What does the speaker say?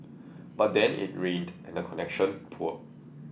but then it rained and the connection poor